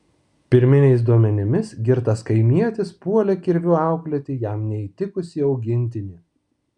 pirminiais duomenimis girtas kaimietis puolė kirviu auklėti jam neįtikusį augintinį